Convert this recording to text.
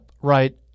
right